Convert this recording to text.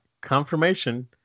confirmation